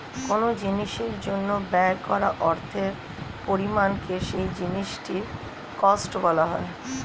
কোন জিনিসের জন্য ব্যয় করা অর্থের পরিমাণকে সেই জিনিসটির কস্ট বলা হয়